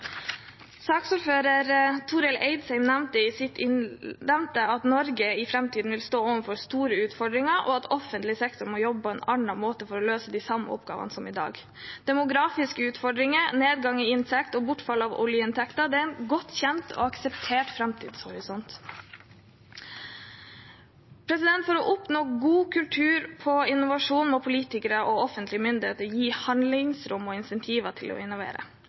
Saksordfører Torill Eidsheim nevnte at Norge i framtiden vil stå overfor store utfordringer, og at offentlig sektor må jobbe på en annen måte for å løse de samme oppgavene som i dag. Demografiske utfordringer, nedgang i inntekt og bortfall av oljeinntekter er en godt kjent og akseptert framtidshorisont. For å oppnå god kultur på innovasjon må politikere og offentlige myndigheter gi handlingsrom og insentiver til å innovere.